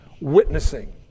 witnessing